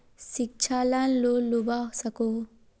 शिक्षा ला लोन लुबा सकोहो?